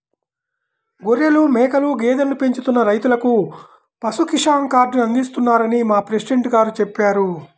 గొర్రెలు, మేకలు, గేదెలను పెంచుతున్న రైతులకు పశు కిసాన్ కార్డుని అందిస్తున్నారని మా ప్రెసిడెంట్ గారు చెప్పారు